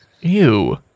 Ew